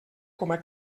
coma